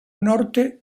norte